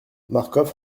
marcof